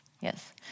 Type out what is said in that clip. Yes